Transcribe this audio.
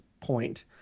point